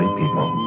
people